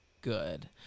good